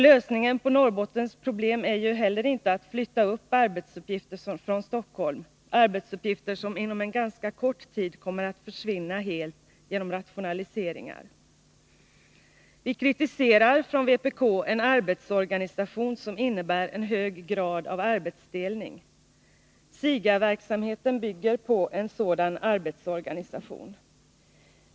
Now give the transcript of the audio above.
Lösningen på Norrbottens problem är inte heller att flytta upp arbetsuppgifter från Stockholm — arbetsuppgifter som inom en ganska kort tid kommer att försvinna helt genom rationaliseringar. Vi kritiserar från vpk en arbetsorganisation som innebär en hög grad av arbetsdelning. SIGA-verksamheten bygger på en sådan arbetsorganisation.